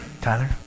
Tyler